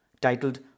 titled